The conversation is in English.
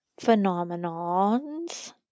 phenomenons